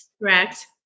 Correct